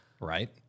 Right